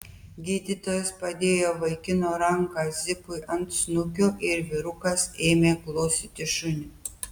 gydytojas padėjo vaikino ranką zipui ant snukio ir vyrukas ėmė glostyti šunį